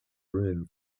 room